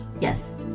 Yes